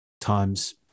times